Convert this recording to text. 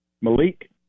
Malik